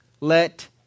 let